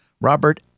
Robert